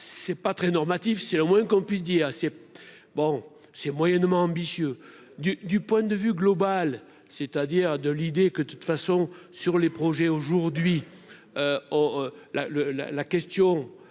c'est pas très normatif, c'est le moins qu'on puisse dire, c'est bon, c'est moyennement ambitieux du du point de vue global, c'est-à-dire de l'idée que, de toute façon, sur les projets aujourd'hui, or